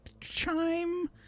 chime